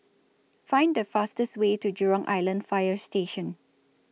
Find The fastest Way to Jurong Island Fire Station